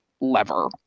lever